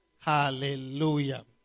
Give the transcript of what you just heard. Hallelujah